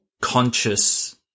conscious